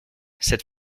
cette